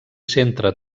centre